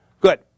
Good